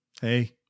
Hey